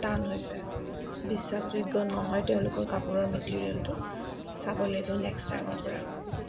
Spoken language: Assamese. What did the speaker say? টান হৈছে বিশ্বাসযোগ্য নহয় তেওঁলোকৰ কাপোৰৰ মেটেৰিয়েলটো চাব লাগিব নেক্সট টাইমৰ পৰা